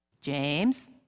james